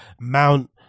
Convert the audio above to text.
mount